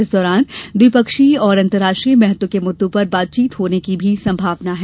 इस दौरान द्विपक्षीय और अंतर्राष्ट्रीय महत्व के मुद्दों पर बातचीत होने की भी संभावना है